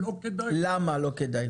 למה לא כדאי לו?